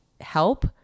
help